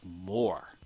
more